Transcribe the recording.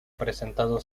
presentado